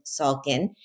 salkin